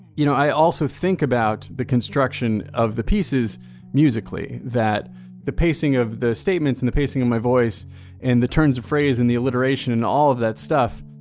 you know i also think about the construction of the pieces musically, that the pacing of the statements and the pacing of my voice and the turns of phrase and the alliteration and all of that stuff,